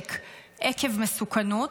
נשק עקב מסוכנות.